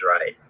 right